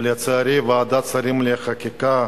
ולצערי ועדת השרים לחקיקה